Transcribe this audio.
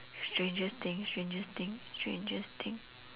strangest thing strangest thing strangest thing